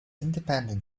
independent